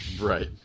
Right